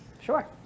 Sure